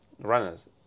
runners